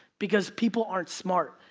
because people aren't smart.